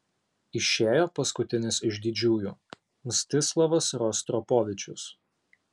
išėjo paskutinis iš didžiųjų mstislavas rostropovičius